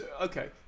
Okay